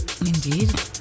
Indeed